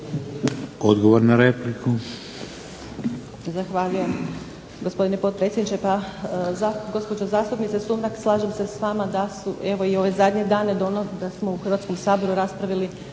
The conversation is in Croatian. Odgovor na repliku.